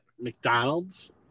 McDonald's